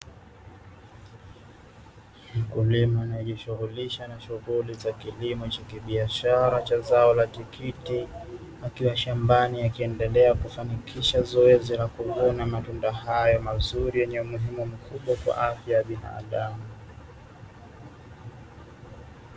Mkulima anayejishughulisha na shughuli za kilimo cha kibiashara cha zao la tikiti, akiwa shambani akiendelea kufanikisha zoezi la kuvuna matunda hayo mazuri yenye umuhimu mkubwa kwa afya ya binadamu.